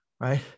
Right